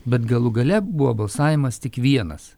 bet galų gale buvo balsavimas tik vienas